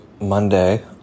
monday